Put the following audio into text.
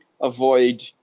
avoid